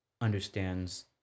understands